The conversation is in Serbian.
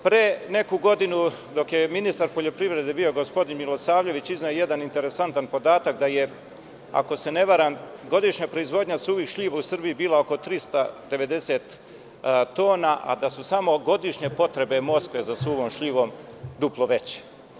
Pre neku godinu, dok je ministar poljoprivrede bio gospodin Milosavljević, izneo je jedan interesantan podatak, da je, ako se ne varam, godišnja proizvodnja suvih šljiva u Srbiji bila oko 390 tona, a da su samo godišnje potrebe Moskve za suvom šljivom duplo veće.